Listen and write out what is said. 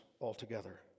altogether